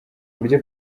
uburyo